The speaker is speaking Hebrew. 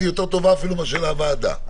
היא יותר טובה אפילו משל הוועדה,